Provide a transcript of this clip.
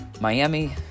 Miami